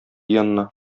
янына